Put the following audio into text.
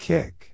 Kick